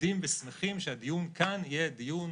מעודדים ושמחים שהדיון כאן יהיה דיון